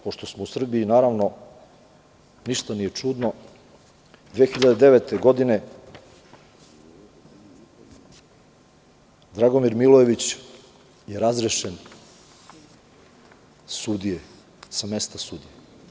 Pošto smo u Srbiji i ništa nije čudno, 2009. godine gospodin Dragomir Milojević je razrešen sa mesta sudije.